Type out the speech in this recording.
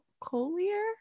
Collier